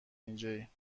اینجایی